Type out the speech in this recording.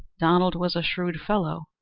donald was a shrewd fellow,